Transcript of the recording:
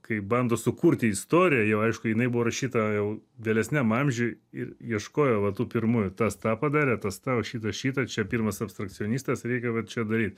kai bando sukurti istoriją jau aišku jinai buvo rašyta jau vėlesniam amžiuj ir ieškojo va tų pirmųjų tas tą padarė tas tą o šitas šitą čia pirmas abstrakcionistas reikia va čia daryt